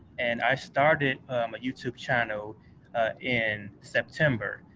and i started my youtube channel in september.